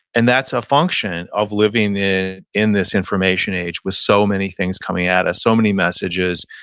and that's a function of living in in this information age with so many things coming at us. so many messages.